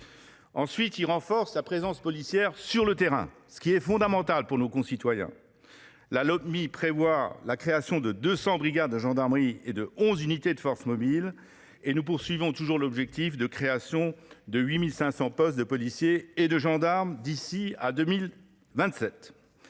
Ensuite, il renforce la présence policière sur le terrain, ce qui est fondamental pour nos concitoyens. La Lopmi prévoit ainsi la création de 200 brigades de gendarmerie et de onze unités de force mobile, et nous visons toujours l’objectif de création de 8 500 postes de policiers et gendarmes d’ici à 2027.